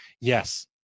Yes